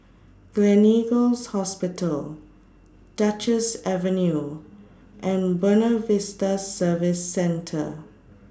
Gleneagles Hospital Duchess Avenue and Buona Vista Service Centre